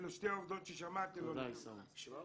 אלה שתי עובדות ששמעתי --- תודה, עיסאווי.